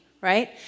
right